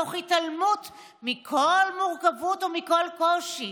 תוך התעלמות מכל מורכבות ומכל קושי.